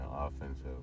offensive